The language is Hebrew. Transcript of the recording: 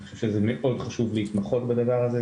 אני חושב שזה מאוד חשוב להתמחות בדבר הזה,